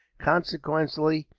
consequently,